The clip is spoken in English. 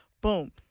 Boom